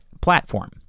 platform